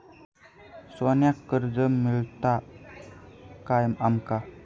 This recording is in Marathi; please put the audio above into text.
सोन्याक कर्ज मिळात काय आमका?